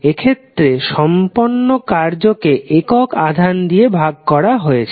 এক্ষেত্রে সম্পন্ন কার্জকে একক আধান দিয়ে ভাগ করা হয়াছে